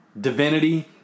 divinity